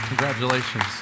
Congratulations